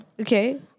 okay